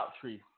tree